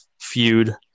feud